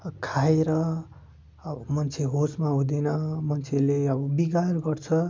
खाएर मान्छे होसमा हुँदैन मान्छेले अब बिगार गर्छ